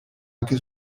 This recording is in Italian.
anche